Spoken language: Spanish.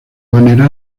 manera